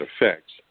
affects